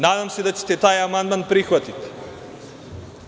Nadam se da ćete taj amandman prihvatiti.